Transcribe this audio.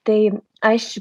tai aš